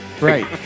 Right